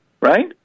right